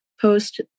post